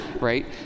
right